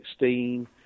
2016